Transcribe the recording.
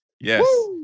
Yes